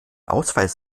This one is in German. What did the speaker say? ausweis